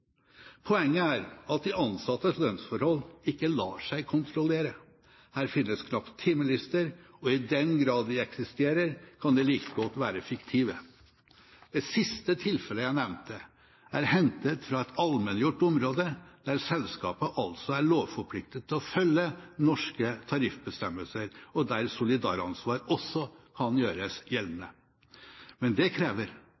Poenget er at de ansattes lønnsforhold ikke lar seg kontrollere. Her finnes knapt timelister, og i den grad de eksisterer, kan de like godt være fiktive. Det siste tilfellet jeg nevnte, er hentet fra et allmenngjort område, der selskapet altså er lovforpliktet til å følge norske tariffbestemmelser, og der solidaransvar også kan gjøres